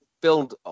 build